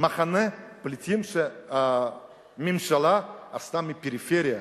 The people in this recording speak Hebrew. מחנה פליטים שהממשלה עשתה מהפריפריה,